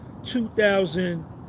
2000